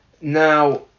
Now